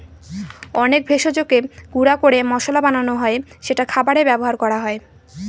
অনেক ভেষজকে গুঁড়া করে মসলা বানানো হয় যেটা খাবারে ব্যবহার করা হয়